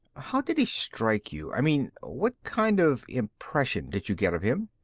how did he strike you? i mean what kind of impression did you get of him?